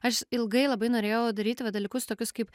aš ilgai labai norėjau daryti va dalykus tokius kaip